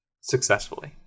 successfully